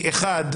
ראשית,